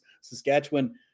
Saskatchewan